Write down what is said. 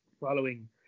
following